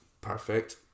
perfect